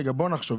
רגע בואו נחשוב,